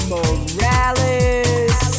Morales